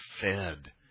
fed